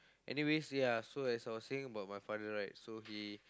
anyways ya so as I was saying about my father right so he